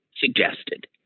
suggested